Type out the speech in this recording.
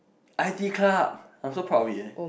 I T club I'm so pro with leh